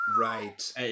Right